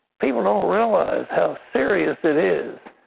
people don't realize how serious it is.